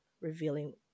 revealing